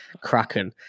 Kraken